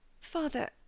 father